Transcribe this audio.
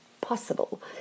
possible